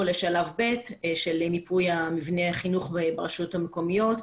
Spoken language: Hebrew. לשלב ב' של מיפוי מבני החינוך ברשויות המקומיות.